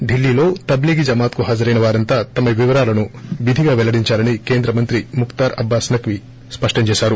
ి డిల్లీలో తబ్లీగీ జమాత్ కు హాజరైన వారంతా తమ వివరాలను విధిగా వెల్లడించాలని కేంద్ర మంత్రి ముక్తార్ అబ్బాస్ నక్వీ స్పష్టం చేశారు